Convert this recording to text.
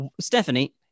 Stephanie